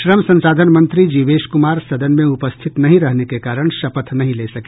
श्रम संसाधन मंत्री जीवेश कुमार सदन में उपस्थित नहीं रहने के कारण शपथ नहीं ले सके